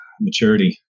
maturity